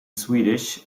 swedish